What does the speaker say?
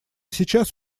сейчас